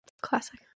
Classic